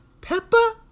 Peppa